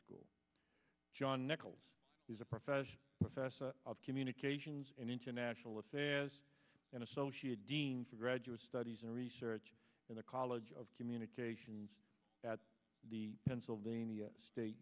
school john nichols is a professional professor of communications and international affairs and associate dean for graduate studies and research in the college of communications at the pennsylvania state